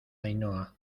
ainhoa